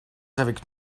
avec